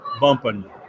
bumping